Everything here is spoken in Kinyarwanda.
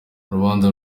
urubanza